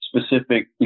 specific